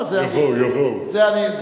יבואו, יבואו.